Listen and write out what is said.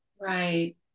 right